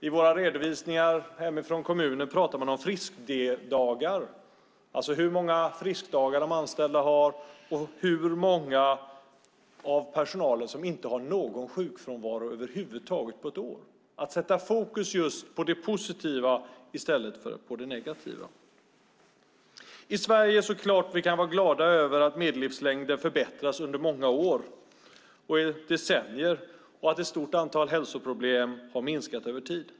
I våra redovisningar hemifrån kommunerna pratar man om friskdagar, det vill säga hur många friskdagar de anställda har och hur många av personalen som inte har någon sjukfrånvaro över huvud taget på ett år. Det handlar om att sätta fokus på det positiva i stället för på det negativa. I Sverige kan vi vara glada över att medellivslängden förbättrats under många år och att ett stort antal hälsoproblem har minskat över tid.